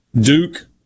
Duke